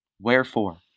Wherefore